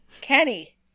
Kenny